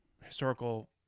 historical